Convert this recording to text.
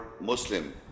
Muslim